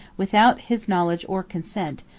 without his knowledge or consent,